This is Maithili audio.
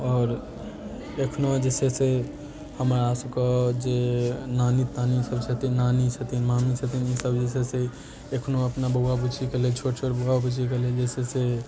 आओर एखनो जे छै से हमरा सबके जे नानी तानी सब छथिन नानी छथिन मामी छथिन ई सब जे छै से एखनो अपना बौआ बुचीके लेल छोट छोट बौआ बुचीके लेल जे छै से